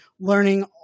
learning